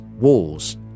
walls